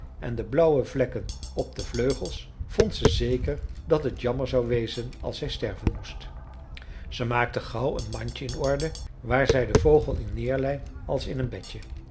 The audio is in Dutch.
en de blauwe vlekken op de vleugels vond ze zeker dat het jammer zou wezen als hij sterven moest ze maakte gauw een mandje in orde waar zij den vogel in neerlei als in een bedje